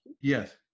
Yes